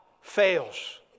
fails